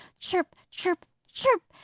chirp, chirp, chirp!